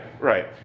right